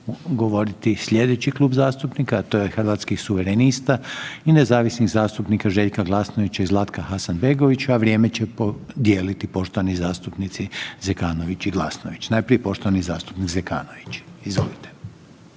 govoriti sljedeći klub zastupnika, a to je Hrvatskih suverenista i nezavisnih zastupnika Željka Glasnovića i Zlatka Hasanbegovića, a vrijeme će podijeliti poštovani zastupnici Zekanović i Glasnović. Najprije poštovani zastupnik Zekanović. Izvolite.